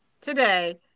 today